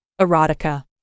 erotica